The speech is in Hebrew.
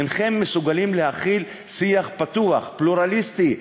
אינכם מסוגלים להכיל שיח פתוח, פלורליסטי.